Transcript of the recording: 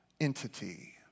entity